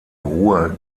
ruhe